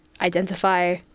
identify